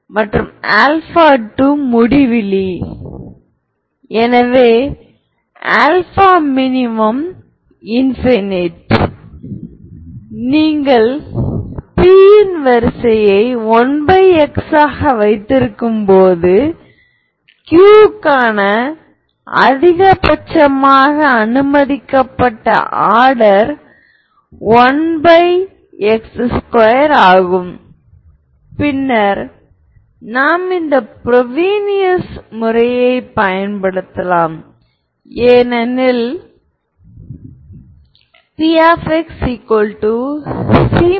அதே விஷயத்தை நீங்கள் அதை சமமான வடிவத்தில் வைக்கலாம் ஆனால் மிகவும் பொதுவானது